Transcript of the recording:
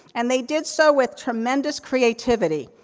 and they did so with tremendous creativity.